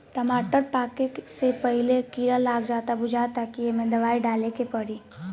टमाटर पाके से पहिले कीड़ा लाग जाता बुझाता कि ऐइमे दवाई डाले के पड़ी